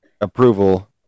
approval